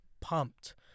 pumped